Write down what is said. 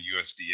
USDA